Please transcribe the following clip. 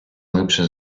глибше